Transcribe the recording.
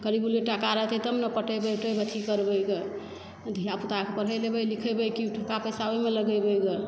टका रहतै तब न पटेबय उटेबय अथी करबै गऽ धिया पुताकऽ पढ़ेलबै लिखेबै की ओहिठमका पैसा ओहिमऽ लगेबै गऽ